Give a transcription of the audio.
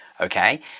okay